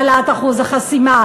בהעלאת אחוז החסימה?